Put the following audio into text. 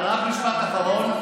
רק משפט אחרון,